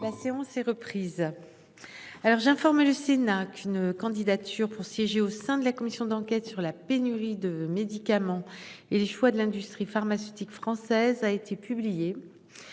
La séance est reprise. Alors j'ai informé le Sénat qu'une candidature pour siéger au sein de la commission d'enquête sur la pénurie de médicaments et les choix de l'industrie pharmaceutique française a été publiée.